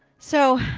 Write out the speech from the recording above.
so,